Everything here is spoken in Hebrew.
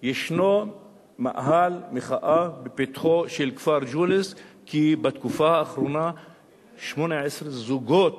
ישנו מאהל מחאה בפתחו של כפר ג'וליס כי בתקופה האחרונה 18 זוגות